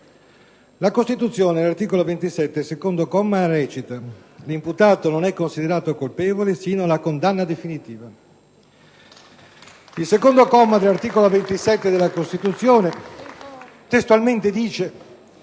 La Costituzione, all'articolo 27, secondo comma, recita: «L'imputato non è considerato colpevole sino alla condanna definitiva». *(Applausi dal Gruppo PdL).* Il secondo comma dell'articolo 27 della Costituzione testualmente dice: «L'imputato non è considerato colpevole sino alla condanna definitiva».